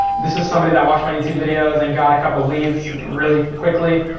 this is somebody that watched my youtube videos and got a couple leads really quickly.